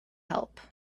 help